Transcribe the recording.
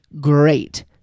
great